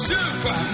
Super